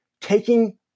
taking